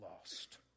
lost